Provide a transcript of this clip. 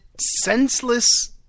Senseless